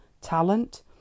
talent